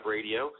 Radio